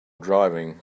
driving